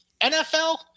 NFL